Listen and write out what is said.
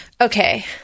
okay